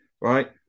right